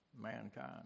mankind